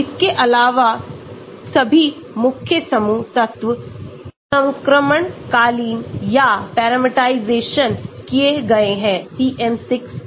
इसके अलावा सभी मुख्य समूह तत्व संक्रमणकालीन या पैरामीटराइज किए गए हैं PM 6 में